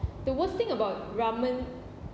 the worst thing about ramen